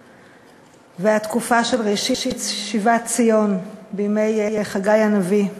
והתקופה של ראשית שיבת ציון בימי חגי הנביא.